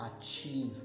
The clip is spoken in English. achieve